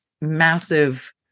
massive